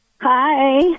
Hi